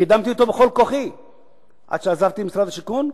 וקידמתי אותו בכל כוחי עד שעזבתי את משרד השיכון.